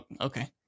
okay